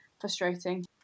frustrating